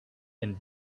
and